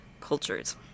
cultures